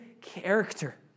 character